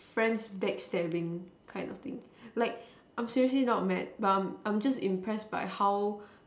friends backstabbing kind of thing like I'm seriously not mad but I'm just impressed by how